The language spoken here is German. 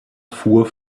fuhr